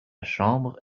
chambre